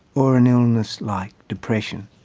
or an illness like depression,